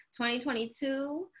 2022